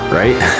right